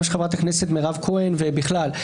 גם של חברת הכנסת מירב כהן ובכלל.